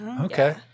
Okay